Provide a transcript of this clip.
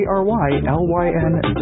K-R-Y-L-Y-N